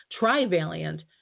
trivalent